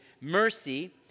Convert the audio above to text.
mercy